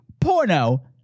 porno